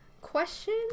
Question